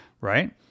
Right